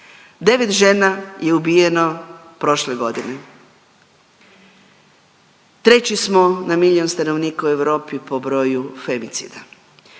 9 žena je ubijeno prošle godine. Treći smo na milijun stanovnika u Europi po broju femicida.